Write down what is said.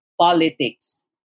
politics